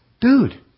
Dude